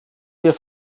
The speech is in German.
wir